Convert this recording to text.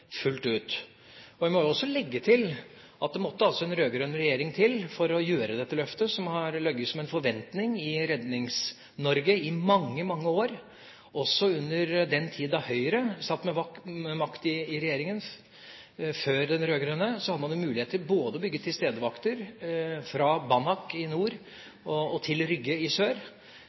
det altså måtte en rød-grønn regjering til for å gjøre dette løftet som har ligget som en forventning i Rednings-Norge i mange, mange år. Også i den tid da Høyre satt med makt i regjeringa, før den rød-grønne, hadde man muligheten til å bygge tilstedevakter, både fra Banak i nord til Rygge i sør.